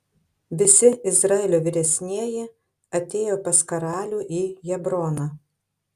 visi izraelio vyresnieji atėjo pas karalių į hebroną